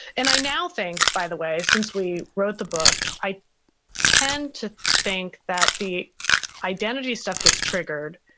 and i now think, by the way, since we wrote the book, i tend to think that the identity stuff gets triggered.